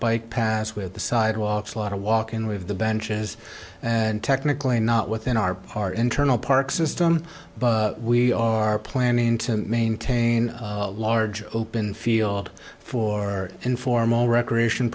bike paths with the sidewalks a lot of walking with the benches and technically not within our our internal park system but we are planning to maintain a large open field for informal recreation